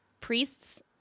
Priests